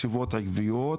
ישיבות עקביות,